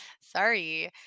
Sorry